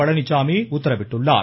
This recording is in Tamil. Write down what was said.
பழனிசாமி உத்தரவிட்டுள்ளார்